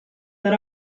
that